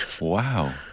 wow